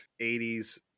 80s